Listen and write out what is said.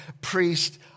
priest